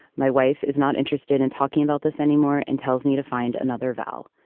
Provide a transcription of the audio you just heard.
my wife is not interested in talking about this anymore and tells me to find another vall.